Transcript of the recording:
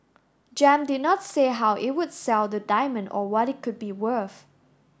gem did not say how it will sell the diamond or what it could be worth